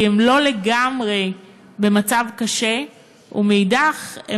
כי הם לא לגמרי במצב קשה ומאידך הם